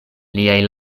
liaj